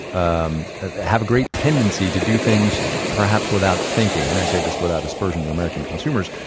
um ah have a great tendency to do things perhaps without thinking, and i say this without aspersion to american consumers,